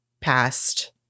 past